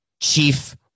chief